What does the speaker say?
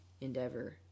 endeavor